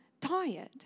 tired